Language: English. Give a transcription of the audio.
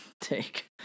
take